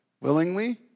willingly